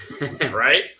Right